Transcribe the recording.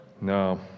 No